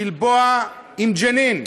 גלבוע עם ג'נין.